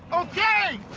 ok!